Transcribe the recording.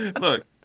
Look